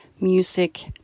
music